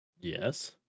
Yes